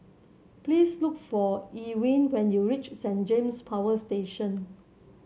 please look for Elwyn when you reach Saint James Power Station